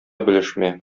белешмә